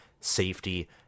safety